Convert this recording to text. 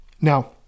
Now